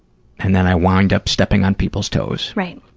and then i wind up stepping on people's toes. right,